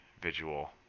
visual